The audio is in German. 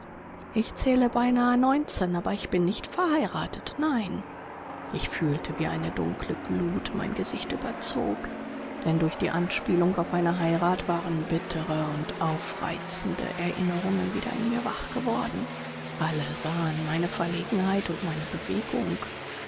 ich zähle beinahe neunzehn aber ich bin nicht verheiratet nein ich fühlte wie eine dunkle glut mein gesicht überzog denn durch die anspielung auf eine heirat waren bittere und aufreizende erinnerungen wieder in mir wach geworden alle sahen meine verlegenheit und meine bewegung